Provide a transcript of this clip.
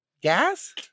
Gas